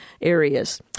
areas